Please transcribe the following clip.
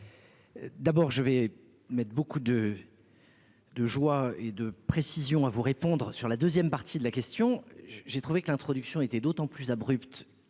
D'abord, je vais m'beaucoup de de joie et de précision à vous répondre sur la 2ème partie de la question, j'ai trouvé que l'introduction était d'autant plus abrupt